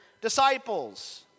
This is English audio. disciples